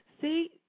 See